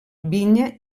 vinya